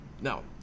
Now